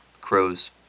crows